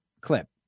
clip